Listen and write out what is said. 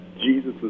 Jesus